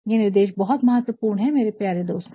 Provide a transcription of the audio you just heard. ये निर्देश बहुत महत्वपूर्ण है मेरे प्यारे दोस्तों